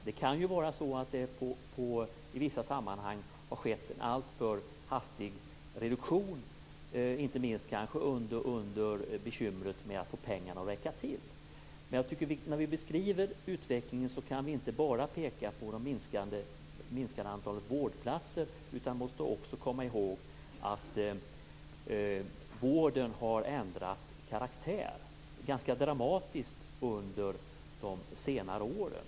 Det kan i vissa sammanhang ha skett en alltför hastig reduktion, kanske inte minst på grund av bekymret med att få pengarna att räcka till. Men när vi beskriver utvecklingen kan vi inte bara peka på det minskande antalet vårdplatser, utan vi måste också komma ihåg att vården har ändrat karaktär ganska dramatiskt under de senare åren.